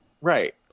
Right